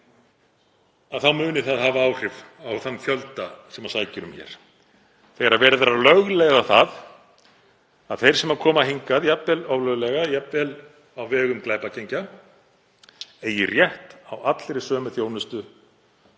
þá mun það hafa áhrif á þann fjölda sem sækir um hér, þegar verið er að lögleiða það að þeir sem koma hingað, jafnvel ólöglega, jafnvel á vegum glæpagengja, eigi rétt á allri sömu þjónustu